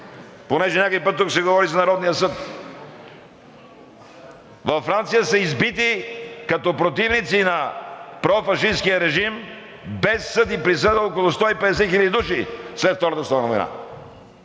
Понеже някой път тук се говори за Народния съд! Във Франция са избити като сподвижници на профашисткия режим без съд и присъда около 150 хил. души след Втората световна война.